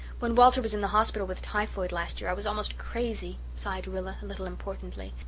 when walter was in the hospital with typhoid last year i was almost crazy, sighed rilla, a little importantly.